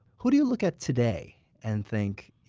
who do you look at today and think,